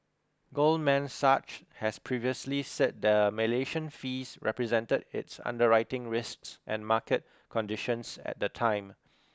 Goldman Sachs has previously said the Malaysia fees represented its underwriting risks and market conditions at the time